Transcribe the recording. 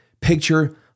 picture